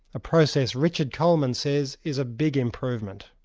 a process richard coleman says is a big improvement.